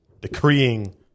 Decreeing